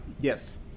Yes